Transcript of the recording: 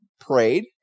prayed